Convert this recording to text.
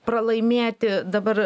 pralaimėti dabar